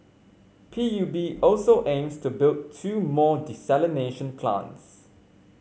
P U B also aims to build two more desalination plants